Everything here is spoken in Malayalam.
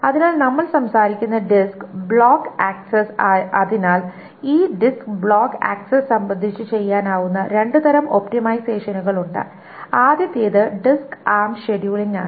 അതിനാൽ നമ്മൾ സംസാരിക്കുന്ന ഡിസ്ക് ബ്ലോക്ക് ആക്സസ് അതിനാൽ ഈ ഡിസ്ക് ബ്ലോക്ക് ആക്സസ് സംബന്ധിച്ച് ചെയ്യാനാവുന്ന രണ്ട് തരം ഒപ്റ്റിമൈസേഷനുകൾ ഉണ്ട് ആദ്യത്തേത് ഡിസ്ക് ആം ഷെഡ്യൂളിംഗ് ആണ്